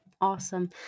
Awesome